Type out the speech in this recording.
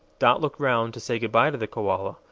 dot looked round to say good-bye to the koala,